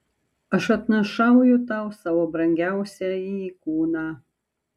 aš atnašauju tau savo brangiausiąjį kūną